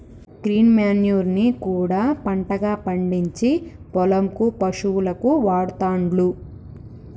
green manure ని కూడా పంటగా పండిచ్చి పొలం కు పశువులకు వాడుతాండ్లు